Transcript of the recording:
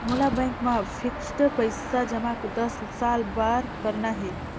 मोला बैंक मा फिक्स्ड पइसा जमा दस साल बार करना हे?